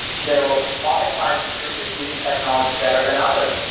you know oftentimes these groups are using technology better than others,